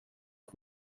att